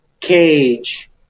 Cage